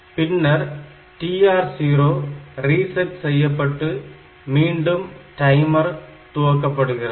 பின்னர் TR0 reset செய்யப்பட்டு மீண்டும் டைமர் துவக்கப்படுகிறது